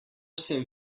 sem